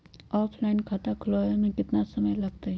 Offline खाता खुलबाबे में केतना समय लगतई?